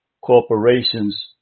corporations